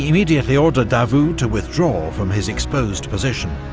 immediately ordered davout to withdraw from his exposed position.